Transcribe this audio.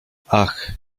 ach